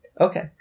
Okay